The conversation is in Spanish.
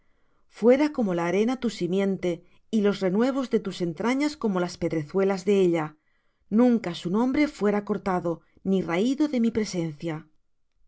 fuera como la arena tu simiente y los renuevos de tus entrañas como las pedrezuelas de ella nunca su nombre fuera cortado ni raído de mi presencia